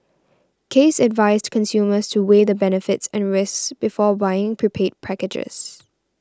case advised consumers to weigh the benefits and risks before buying prepaid packages